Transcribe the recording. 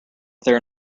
there